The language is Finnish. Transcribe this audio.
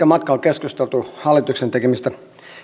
matkaa keskusteltu hallituksen tekemistä